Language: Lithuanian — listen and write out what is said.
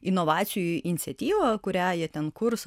inovacijų iniciatyvą kurią jie ten kurs